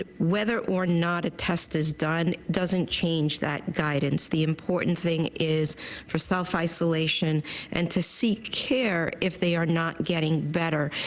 ah whether or not a test is done doesn't change that guidance. the important thing is for self isolation and to seek care if they are not getting better.